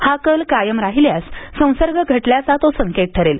हा कल कायम राहिल्यास संसर्ग घटल्याचा तो संकेत ठरेल